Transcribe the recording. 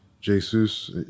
Jesus